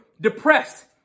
depressed